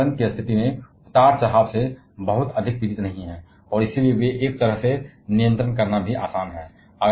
वे पर्यावरणीय परिस्थितियों में उतार चढ़ाव से बहुत अधिक पीड़ित नहीं हैं और इसलिए उन्हें एक तरह से नियंत्रित करना भी आसान है